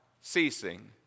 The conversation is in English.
ceasing